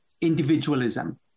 individualism